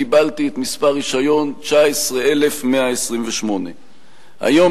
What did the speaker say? קיבלתי את מספר הרשיון 19128. היום,